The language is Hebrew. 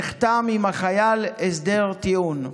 נחתם עם החייל הסדר טיעון.